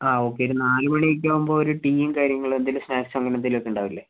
ആ ഓക്കെ ഒരു നാലുമണിയൊക്കെയാകുമ്പോ ഒരു ടീയും കാര്യങ്ങളും എന്തെങ്കിലും സ്നാക്സോ അങ്ങനെ എന്തെങ്കിലുമൊക്കെ ഉണ്ടാവില്ലേ